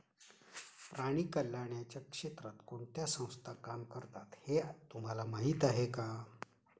प्राणी कल्याणाच्या क्षेत्रात कोणत्या संस्था काय काम करतात हे तुम्हाला माहीत आहे का?